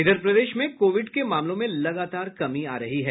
इधर प्रदेश में कोविड के मामलों में लगातार कमी आ रही है